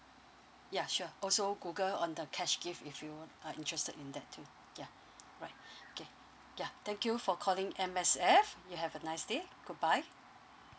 ya sure also google on the cash gift if you are interested in that too yeah right okay yeah thank you for calling M_S_F you have a nice day goodbye